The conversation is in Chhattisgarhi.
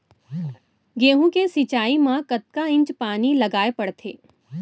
गेहूँ के सिंचाई मा कतना इंच पानी लगाए पड़थे?